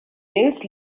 nies